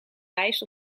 reis